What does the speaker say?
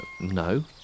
no